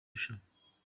rushanwa